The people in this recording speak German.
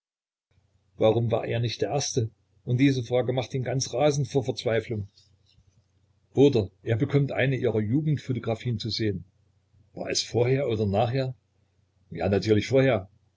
warum war er nicht der erste und diese frage macht ihn ganz rasend vor verzweiflung oder er bekommt eine ihrer jugendphotographien zu sehen war es vorher oder nachher ja natürlich vorher